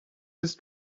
his